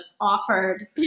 offered